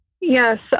Yes